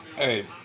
Hey